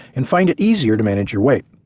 and find it easier to manage your weight.